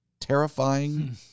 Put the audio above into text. terrifying